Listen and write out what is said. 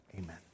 amen